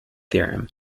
theorem